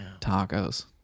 Tacos